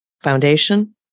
Foundation